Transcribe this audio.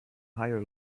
higher